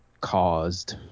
caused